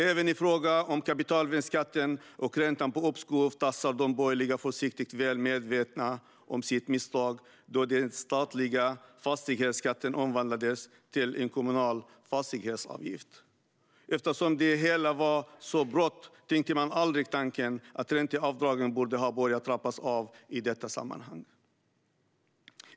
Även i fråga om kapitalvinstskatten och räntan på uppskov tassar de borgerliga försiktigt, väl medvetna om sitt misstag då den statliga fastighetsskatten omvandlades till en kommunal fastighetsavgift. Eftersom det hela var så brådskande tänkte man aldrig tanken att ränteavdragen borde ha börjat trappas av i detta sammanhang.